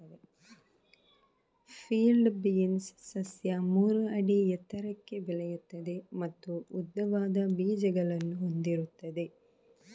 field beans ಸಸ್ಯ ಮೂರು ಅಡಿ ಎತ್ತರಕ್ಕೆ ಬೆಳೆಯುತ್ತದೆ ಮತ್ತು ಉದ್ದವಾದ ಬೀಜಗಳನ್ನು ಹೊಂದಿರುತ್ತದೆ